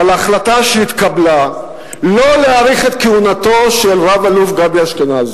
אבל ההחלטה שהתקבלה שלא להאריך את כהונתו של רב-אלוף גבי אשכנזי,